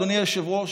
אדוני היושב-ראש,